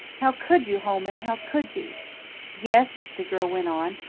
how could you, holman, how could you yes, the girl went on,